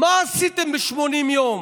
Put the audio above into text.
מה עשיתם ב-80 יום?